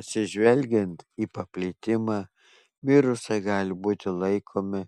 atsižvelgiant į paplitimą virusai gali būti laikomi